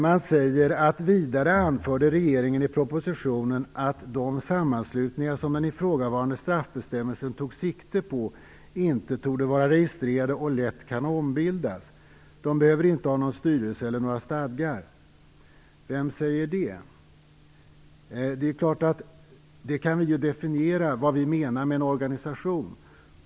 Man anför följande: f) att de sammanslutningar som den ifrågavarande straffbestämmelsen tog sikte på inte torde vara registrerade och lätt kan ombildas. De behöver inte ha någon styrelse eller några stadgar." Vem säger det? Det är klart att vi kan definiera vad vi menar med en organisation.